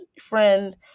friend